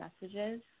messages